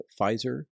Pfizer